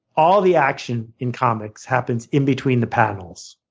all the action in comics happens in between the panels.